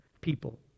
people